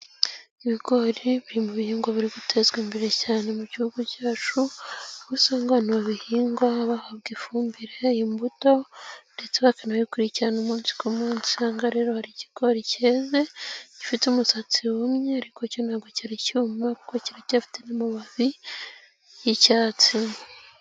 lbigori biri mu bihingwa biri gutezwa imbere cyane mu gihugu cyacu, aho usanga abantu babihinga bahabwa ifumbire imbuto ,ndetse bakanabikurikirana umunsi ku munsi .Aha ngaha rero hari ikigori keze, gifite umusatsi wumye ,ariko cyo ntago cyari cyuma, kuko kiracyafite n'amababi y'icyatsi.